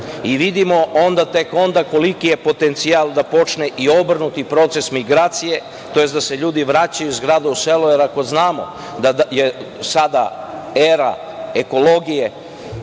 i vidimo tek onda koliki je potencijal da počne i obrnuti proces migracije, tj. da se ljudi vraćaju iz grada u selo, jer ako znamo da je sada era ekologije,